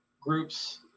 groups